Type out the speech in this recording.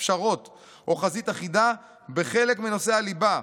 פשרות או חזית אחידה בחלק מנושאי הליבה.